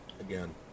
Again